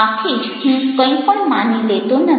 આથી જ હું કંઈ પણ માની લેતો નથી